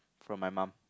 from my mum